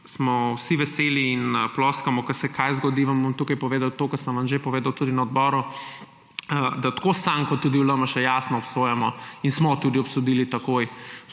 smo vsi veseli in ploskamo, ko se kaj zgodi, vam bom tukaj povedal to, kar sem vam že povedal na odboru. Tako sam kot tudi v LMŠ jasno obsojamo in smo takoj obsodili vsakršno